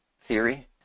theory